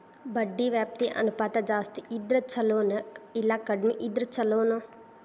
ಬಡ್ಡಿ ವ್ಯಾಪ್ತಿ ಅನುಪಾತ ಜಾಸ್ತಿ ಇದ್ರ ಛಲೊನೊ, ಇಲ್ಲಾ ಕಡ್ಮಿ ಇದ್ರ ಛಲೊನೊ?